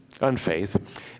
unfaith